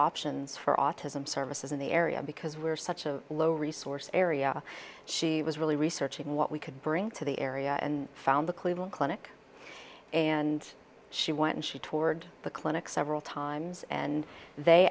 options for autism services in the area because we're such a low resource area she was really researching what we could bring to the area and found the cleveland clinic and she went and she toured the clinic several times and they